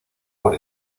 por